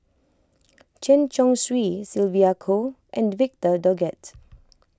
Chen Chong Swee Sylvia Kho and Victor Doggett